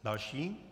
Další.